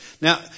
Now